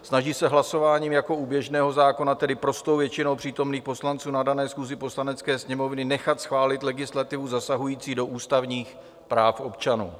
Snaží se hlasováním jako u běžného zákona, tedy prostou většinou přítomných poslanců na dané schůzi Poslanecké sněmovny, nechat schválit legislativu zasahující do ústavních práv občanů.